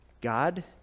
God